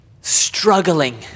struggling